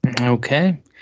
Okay